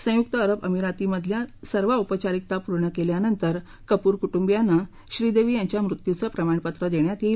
संयुक्त अरब अमिरातमधील सर्व औपचारिकता पूर्ण केल्यानंतर कपूर कुटुंबियांना श्रीदेवी यांच्या मृत्यूचं प्रमाणपत्र देण्यात येईल